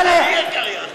אבל אני אהיה קריין.